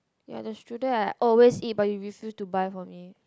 ya the strudel I always eat but you refused to buy for me